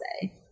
say